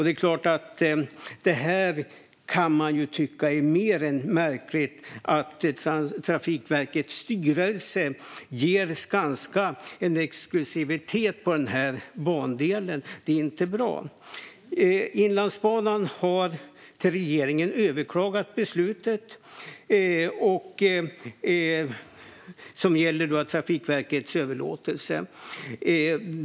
Det är klart att man kan tycka att det är mer än märkligt att Trafikverkets styrelse ger Skanska en exklusivitet på den här bandelen. Det är inte bra. Inlandsbanan har till regeringen överklagat beslutet som gäller Trafikverkets överlåtelse.